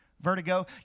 Vertigo